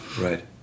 Right